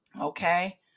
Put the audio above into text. Okay